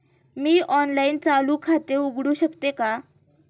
मी online चालू खाते उघडू शकते का?